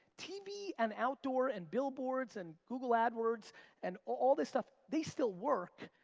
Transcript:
tv and outdoor and billboards and google adwords and all this stuff, they still work,